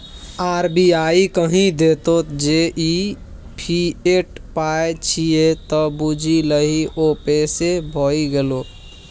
RBI कहि देतौ जे ई फिएट पाय छियै त बुझि लही ओ पैसे भए गेलै